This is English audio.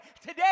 Today